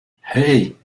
hey